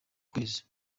kwezi